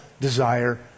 desire